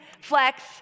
Flex